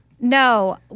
No